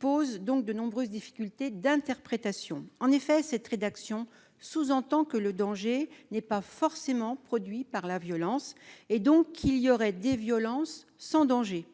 pose de nombreuses difficultés d'interprétation. En effet, cette rédaction sous-entend que le danger n'est pas forcément produit par la violence, et donc qu'il y aurait des violences sans danger.